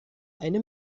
eine